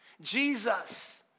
Jesus